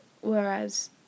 whereas